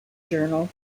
journal